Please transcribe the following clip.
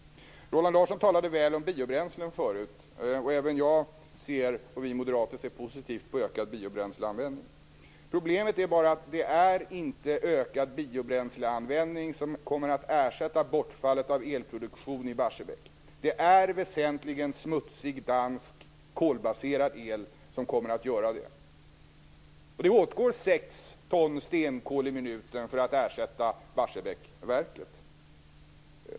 Roland Larsson talade väl om biobränslen förut. Även jag och vi moderater ser positivt på en ökad biobränsleanvändning. Problemet är bara att det inte är en ökad biobränsleanvändning som kommer att ersätta bortfallet av elproduktion i Barsebäck. Det är väsentligen smutsig dansk kolbaserad el som kommer att göra det. Det åtgår sex ton stenkol i minuten för att ersätta Barsebäcksverket.